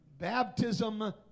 Baptism